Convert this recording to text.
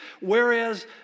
whereas